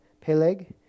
Peleg